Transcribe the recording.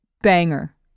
banger